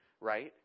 right